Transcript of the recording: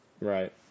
Right